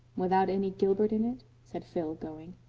without any gilbert in it? said phil, going.